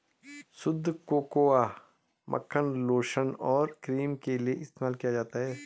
शुद्ध कोकोआ मक्खन लोशन और क्रीम के लिए इस्तेमाल किया जाता है